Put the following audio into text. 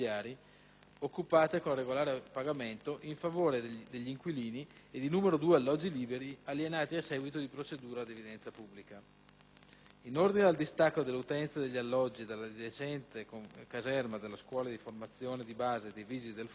occupate con regolare pagamento in favore degli inquilini e di 2 alloggi liberi, alienati a seguito di procedura ad evidenza pubblica. In ordine al distacco delle utenze degli alloggi dall'adiacente caserma della Scuola di formazione di base dei Vigili del fuoco